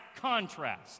contrast